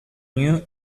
new